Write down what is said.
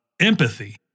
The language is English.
empathy